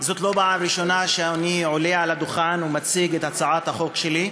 זאת לא פעם ראשונה שאני עולה על הדוכן ומציג את הצעת החוק שלי,